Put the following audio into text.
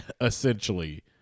essentially